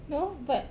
no but